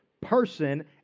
person